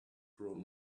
grow